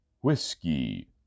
Whiskey